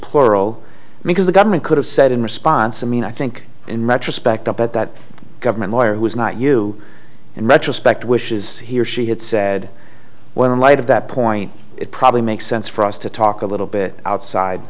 plural because the government could have said in response i mean i think in retrospect up at that government lawyer who is not you in retrospect wishes he or she had said well in light of that point it probably makes sense for us to talk a little bit outside